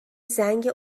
زنگ